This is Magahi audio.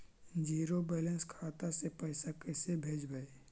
जीरो बैलेंस खाता से पैसा कैसे भेजबइ?